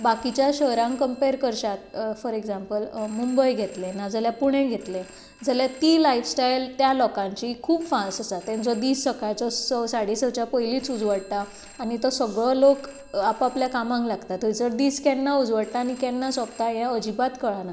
बाकीच्या शहरांक कम्पेर करशात फोर एक्झाम्पल मुंबय घेतलें ना जाल्यार पुणें घेतलें ती लायफस्टायल त्या लोकांची खूब फास्ट आसा तांचो दीस सकाळचो स साडे सच्या पयलींच उजवाडटा आनी तो सगळो लोक आप आपल्या कामाक लागता थंयसर दीस केन्ना सोंपता आनी केन्ना उजवाडटा हें अजीबात कळना